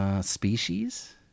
Species